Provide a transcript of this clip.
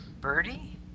Birdie